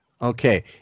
Okay